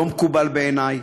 לא מקובל בעיני.